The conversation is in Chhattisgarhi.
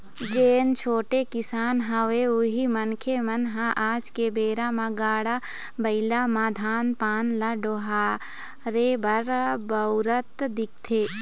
जेन छोटे किसान हवय उही मनखे मन ह आज के बेरा म गाड़ा बइला म धान पान ल डोहारे बर बउरत दिखथे